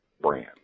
brand